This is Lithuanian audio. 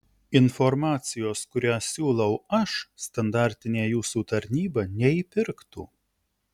informacijos kurią siūlau aš standartinė jūsų tarnyba neįpirktų